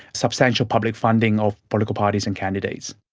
substantial public funding of political parties and candidates.